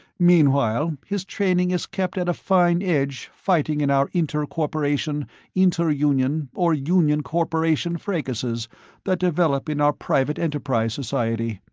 meanwhile his training is kept at a fine edge fighting in our inter-corporation, inter-union, or union-corporation fracases that develop in our private enterprise society.